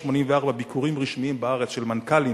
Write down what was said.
האם 384 ביקורים רשמיים בארץ של מנכ"לים